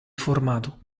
formato